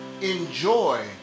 enjoy